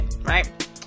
right